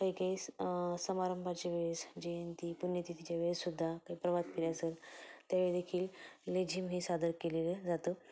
काही काही समारंभाचे वेळेस जयंती पुण्यतिथीच्या वेळेससुद्धा काही प्रभातफेरी असेल त्यावेळीदेखील लेझीम हे सादर केलेलं जातं